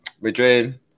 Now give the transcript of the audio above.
Madrid